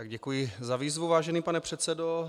Děkuji za výzvu, vážený pane předsedo.